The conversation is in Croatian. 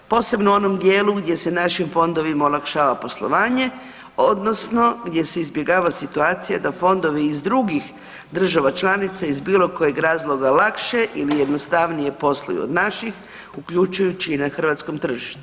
Posebno u onom dijelu gdje se našim fondovima olakšava poslovanje, odnosno gdje se izbjegava situacija da fondovi iz drugih država članica iz bilo kojeg razloga lakše ili jednostavnije posluju od naših, uključujući i na hrvatskom tržištu.